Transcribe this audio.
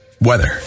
weather